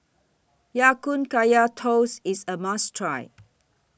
Ya Kun Kaya Toast IS A must Try